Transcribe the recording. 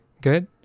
Good